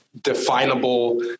definable